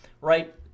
right